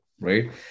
right